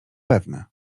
pewne